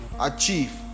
achieve